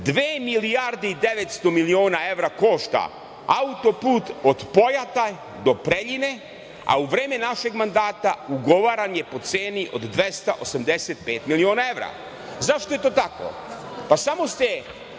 milijarde i 900 miliona evra košta auto-put od Pojata do Preljine, a u vreme našeg mandata ugovaran je po ceni od 285 miliona evra. Zašto je to tako? Pa, samo ste